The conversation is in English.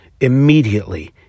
immediately